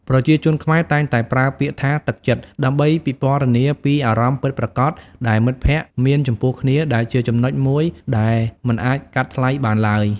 ប្រជាជនខ្មែរតែងតែប្រើពាក្យថា“ទឹកចិត្ត”ដើម្បីពិពណ៌នាពីអារម្មណ៍ពិតប្រាកដដែលមិត្តភក្តិមានចំពោះគ្នា ដែលជាចំណុចមួយដែលមិនអាចកាត់ថ្លៃបានឡើយ។